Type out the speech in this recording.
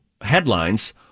headlines